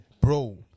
Bro